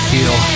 Feel